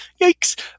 Yikes